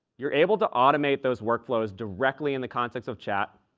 you're able to automate those work flows directly in the content of chat.